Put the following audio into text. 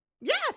Yes